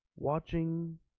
Watching